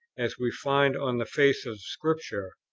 as we find on the face of scripture,